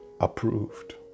approved